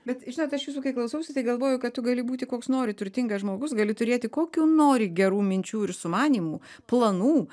bet žinot aš jūsų kai klausausi tai galvoju kad tu gali būti koks nori turtingas žmogus gali turėti kokių nori gerų minčių ir sumanymų planų